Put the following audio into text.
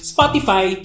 Spotify